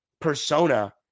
persona